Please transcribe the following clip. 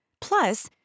Plus